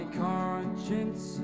conscience